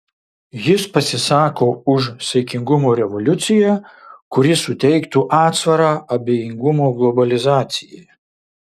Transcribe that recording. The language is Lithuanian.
jis pasisako už saikingumo revoliuciją kuri suteiktų atsvarą abejingumo globalizacijai